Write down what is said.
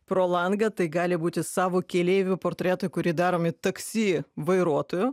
pro langą tai gali būti savo keleivių portretai kurį daromi taksi vairuotoju